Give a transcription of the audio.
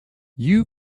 you